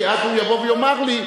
כי אז הוא יבוא ויאמר לי,